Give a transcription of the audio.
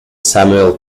samuel